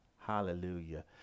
Hallelujah